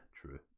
True